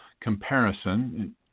Comparison